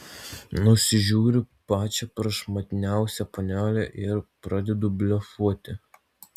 nusižiūriu pačią prašmatniausią panelę ir pradedu blefuoti